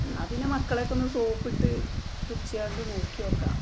എന്നാല് പിന്നെ മക്കളെയൊക്കെ ഒന്ന് സോപ്പിട്ട് ഉച്ചയാകുമ്പോള് നോക്കി നോക്കാം